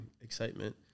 excitement